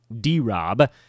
D-Rob